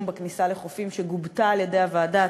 בכניסה לחופים שגובתה על-ידי הוועדה.